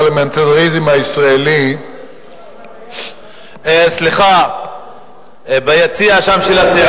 השרים שלה קיבלה את הערר של שר התקשורת כחלון,